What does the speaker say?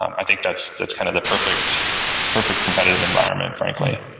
i think that's that's kind of the perfect perfect competitive environment, frankly.